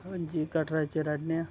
जी कटरे च रौह्ने आं